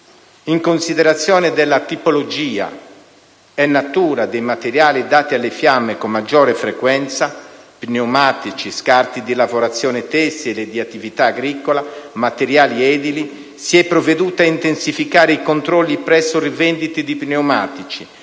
In considerazione della tipologia e natura dei materiali dati alle fiamme con maggiore frequenza (pneumatici, scarti di lavorazione tessile e di attività agricola, materiali edili), si è provveduto a intensificare i controlli presso rivendite di pneumatici,